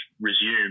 resume